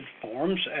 forms